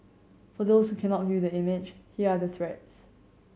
for those who cannot view the image here are the threats